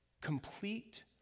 complete